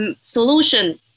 solution